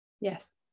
Yes